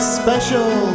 special